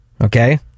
Okay